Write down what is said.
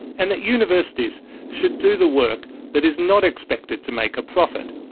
and that universities should do the work that is not expected to make a profit.